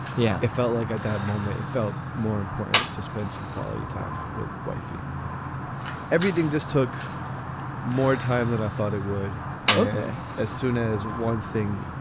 yeah. it felt like at that moment it felt more important to spend some quality time with wifey everything just took more time than i thought it would okay as soon as one thing